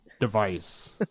device